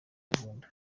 gahunda